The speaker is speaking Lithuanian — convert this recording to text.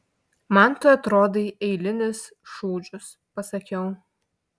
man tu atrodai eilinis šūdžius pasakiau